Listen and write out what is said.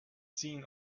seen